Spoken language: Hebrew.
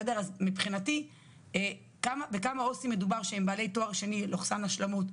אז בכמה עו"סים מדובר שהם בעלי תואר שני לוכסן השלמות,